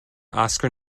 oscar